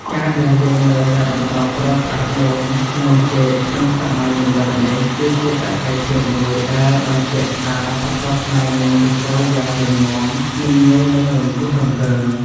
ការដែលយើងនៅតែបន្តប្រើប្រាស់ដូងនិងចេកក្នុងសម័យទំនើបនេះគឺជាសក្ខីភាពមួយដែលបញ្ជាក់ថាវប្បធម៌ខ្មែរមានឫសគល់យ៉ាងរឹងមាំមិនងាយនឹងរង្គោះរង្គើ។